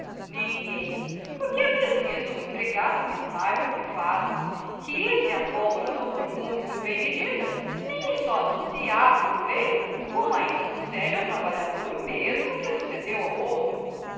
ninguém porque é preciso um empregado que saiba o que faz que se a pólvora não for muito bem medida nem só não se abre o veio como ainda sucede ao trabalhador o mesmo que sucedeu ao outro